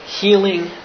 healing